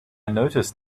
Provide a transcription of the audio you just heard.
noticed